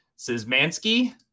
Szymanski